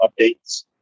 updates